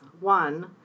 One